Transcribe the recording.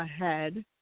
ahead